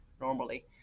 normally